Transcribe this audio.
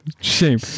Shame